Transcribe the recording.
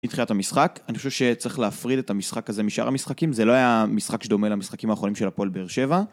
מתחילת המשחק, אני חושב שצריך להפריד את המשחק הזה משאר המשחקים, זה לא היה משחק שדומה למשחקים האחרונים של הפועל באר שבע